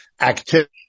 activity